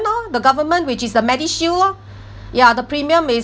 know the government which is the medishield lor ya the premium is